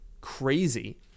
crazy